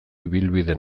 ibilbide